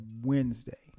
Wednesday